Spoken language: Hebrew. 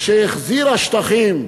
שהחזירה שטחים,